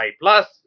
Plus